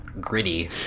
gritty